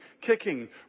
kicking